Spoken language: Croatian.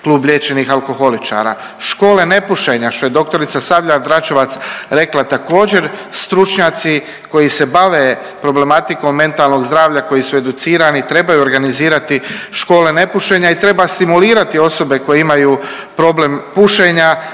klub liječenih alkoholičara. Škole nepušenja što je dr. Sabljar Dračevac rekla također stručnjaci koji se bave problematikom mentalnog zdravlja koji su educirani trebaju organizirati škole nepušenja i treba simulirati osobe koje imaju problem pušenja